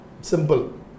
simple